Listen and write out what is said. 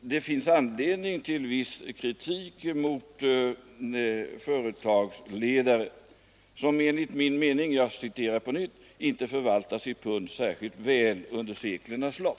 det finns anledning till viss kritik mot företagsledare som enligt hans mening ”inte förvaltat sitt pund särskilt väl under seklernas lopp”.